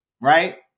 right